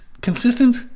consistent